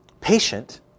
patient